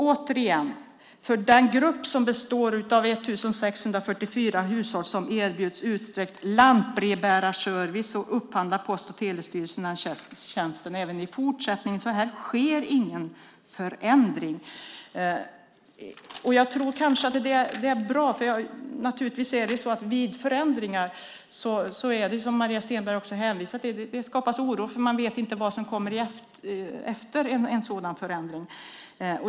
Återigen vill jag säga att för den grupp som består av 1 644 hushåll som erbjuds utsträckt lantbrevbärarservice upphandlar Post och telestyrelsen den tjänsten även i fortsättningen, så här sker ingen förändring. Jag tror att det är bra, för naturligtvis är det så vid förändringar, som Maria Stenberg också hänvisar till, att det skapas oro, för man vet inte vad som kommer efter en sådan förändring.